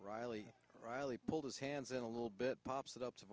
riley riley pulled his hands in a little bit pops it up to